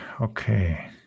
okay